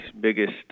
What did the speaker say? biggest